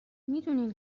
میدونین